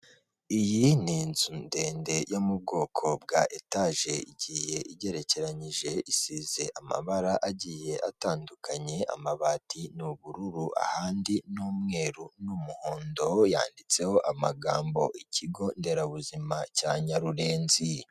Iyi ni inzu ndende yo mu bwoko bwa etaje igiye igerekeranyije, isize amabara agiye atandukanye, amabati ni ubururu ahandi ni umweru n'umuhondo, yanditseho amagambo ikigo nderabuzima cya Nyarurenzi.